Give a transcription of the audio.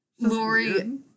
Lori